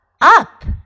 up